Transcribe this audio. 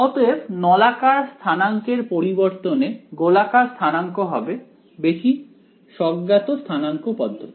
অতএব নলাকার স্থানাঙ্কের পরিবর্তনে গোলাকার স্থানাঙ্ক হবে বেশি স্বজ্ঞাত স্থানাংক পদ্ধতি